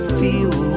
feel